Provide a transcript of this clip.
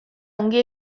ongi